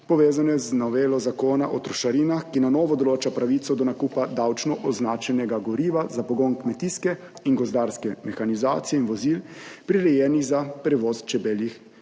povezana z novelo Zakona o trošarinah, ki na novo določa pravico do nakupa davčno označenega goriva za pogon kmetijske in gozdarske mehanizacije in vozil, prirejenih za prevoz čebeljih panjev.